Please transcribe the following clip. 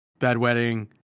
bedwetting